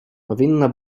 powinno